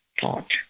thought